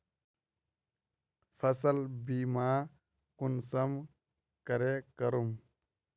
फसल बीमा कुंसम करे करूम?